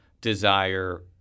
desire